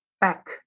back